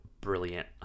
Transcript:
brilliant